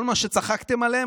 כל מה שצחקתם עליו,